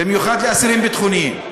במיוחד לאסירים ביטחוניים.